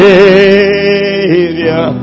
Savior